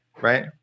right